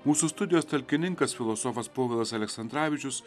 mūsų studijos talkininkas filosofas povilas aleksandravičius